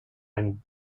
and